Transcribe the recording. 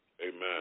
Amen